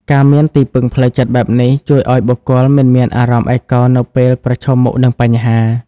ការមានទីពឹងផ្លូវចិត្តបែបនេះ ជួយឱ្យបុគ្គលមិនមានអារម្មណ៍ឯកោនៅពេលប្រឈមមុខនឹងបញ្ហា។